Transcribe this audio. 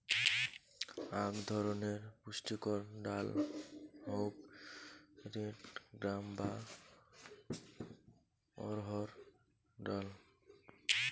আক ধরণের পুষ্টিকর ডাল হউক রেড গ্রাম বা অড়হর ডাল